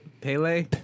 pele